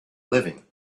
living